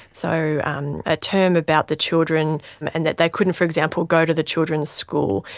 so um a term about the children and that they couldn't, for example, go to the children's school,